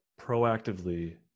proactively